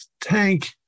tank